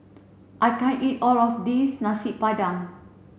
I can't eat all of this Nasi Padang